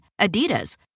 Adidas